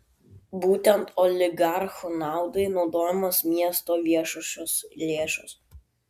būtent oligarchų naudai naudojamos miesto viešosios lėšos